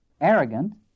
arrogant